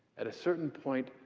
at a certain point,